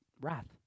wrath